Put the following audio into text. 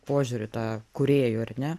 požiūrį tą kūrėjų ar ne